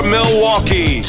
Milwaukee